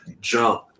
jump